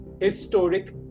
historic